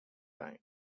time